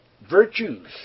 virtues